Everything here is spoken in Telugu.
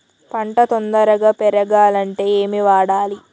పంట తొందరగా పెరగాలంటే ఏమి వాడాలి?